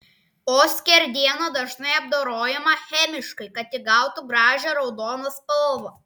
o skerdiena dažnai apdorojama chemiškai kad įgautų gražią raudoną spalvą